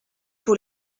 pour